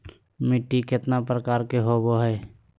मिट्टी केतना प्रकार के होबो हाय?